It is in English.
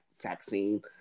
vaccine